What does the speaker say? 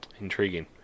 intriguing